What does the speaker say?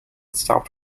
stopped